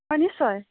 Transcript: হয় নিশ্চয়